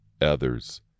others